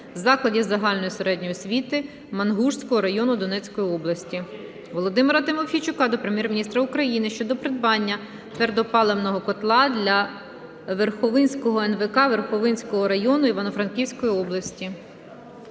закладів загальної середньої освіти Мангушського району Донецької області. Володимира Тимофійчука до Прем'єр-міністра України щодо придбання твердопаливного котла для Верховинського НВК Верховинського району Івано-Франківської області.